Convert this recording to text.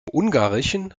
ungarischen